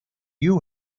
you